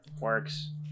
works